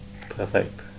Perfect